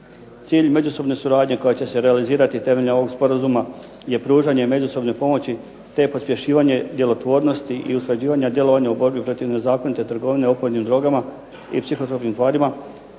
Cilj međusobne suradnje koja će se realizirati temeljem ovog Sporazuma je pružanje međusobne pomoći, te pospješivanje djelotvornosti i usklađivanja djelovanja u borbi protiv nezakonite trgovine opojnim drogama i psihotropnim tvarima